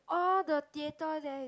oh the theatre there